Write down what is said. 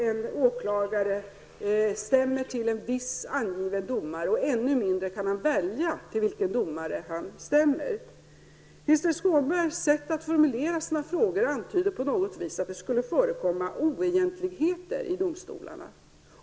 En åklagare stämmer inte till en viss angiven domare, och han kan ännu mindre välja till vilken domare han stämmer. Krister Skånbergs sätt att formulera sina frågor antyder på något sätt att det skulle förekomma oegentligheter i domstolarna.